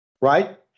right